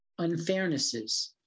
unfairnesses